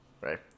Right